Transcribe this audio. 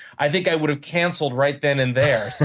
i think i would have cancelled right then and there.